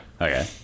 okay